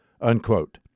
unquote